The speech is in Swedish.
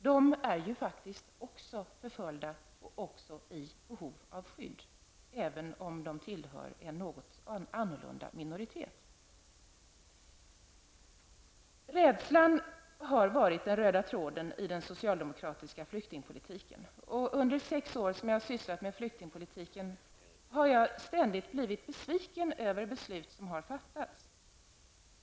De är ju faktiskt också förföljda och i behov av skydd, även om de tillhör en något annorlunda minoritet. Rädslan har varit den röda tråden i den socialdemokratiska flyktingpolitiken. Under de sex år som jag har sysslat med flyktingpolitiken har jag ständigt blivit besviken över beslut som har fattats.